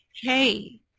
hey